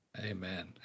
Amen